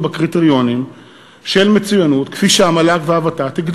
בקריטריונים של מצוינות כפי שהגדירו אותם המל"ג והוות"ת.